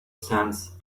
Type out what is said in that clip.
sands